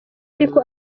ariko